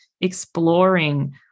exploring